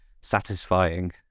satisfying